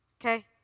okay